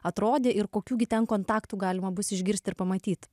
atrodė ir kokių gi ten kontaktų galima bus išgirst ir pamatyt